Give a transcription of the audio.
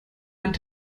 einen